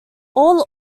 all